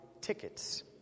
tickets